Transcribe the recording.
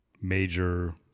major